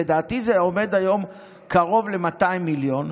לדעתי זה עומד היום על קרוב ל-200 מיליון.